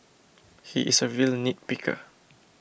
he is a real nitpicker